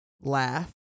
laugh